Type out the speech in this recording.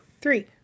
three